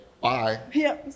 bye